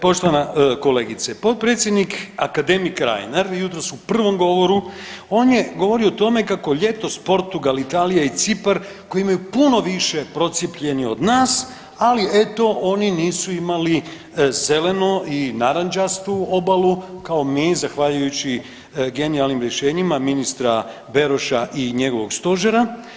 Poštovana kolegice, potpredsjednik akademik Reiner jutros u prvom govoru on je govorio o tome kako ljetos Portugal, Italija i Cipar koji imaju puno više procijepljenih od nas, ali eto oni nisu imali zelenu i narančastu obalu kao mi zahvaljujući genijalnim rješenjima ministra Beroša i njegovog stožera.